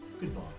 goodbye